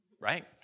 right